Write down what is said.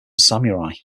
samurai